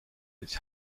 its